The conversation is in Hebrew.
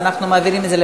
יש עוד מישהו?